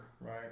Right